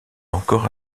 encore